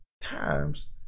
Times